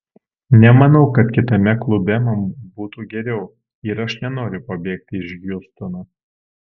nemanau kad kitame klube man būtų geriau ir aš nenoriu pabėgti iš hjustono